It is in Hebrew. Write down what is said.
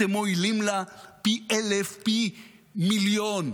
אתם מועילים לה פי אלף, פי מיליון,